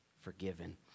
forgiven